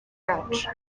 yacu